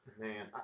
Man